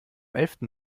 elften